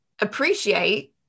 appreciate